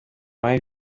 marie